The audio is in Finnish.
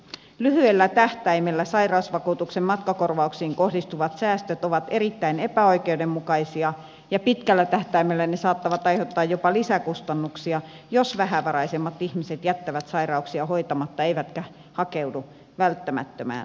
lyhyellä tähtäimellä sairausvakuutuksen matkakorvauksiin kohdistuvat säästöt ovat erittäin epäoikeudenmukaisia ja pitkällä tähtäimellä ne saattavat aiheuttaa jopa lisäkustannuksia jos vähävaraisemmat ihmiset jättävät sairauksia hoitamatta eivätkä hakeudu välttämättömään hoitoon